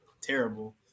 terrible